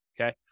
okay